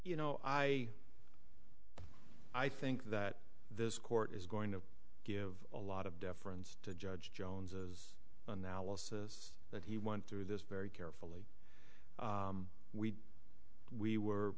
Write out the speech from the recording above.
you know i i think that this court is going to give a lot of deference to judge jones is analysis that he went through this very carefully we we were